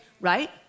right